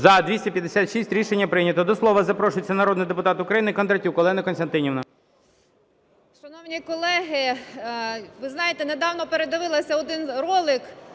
За-256 Рішення прийнято. До слова запрошується народний депутат України Кондратюк Олена Костянтинівна.